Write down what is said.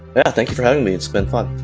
yeah, thank you for having me. it's been fun.